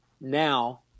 now